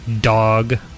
dog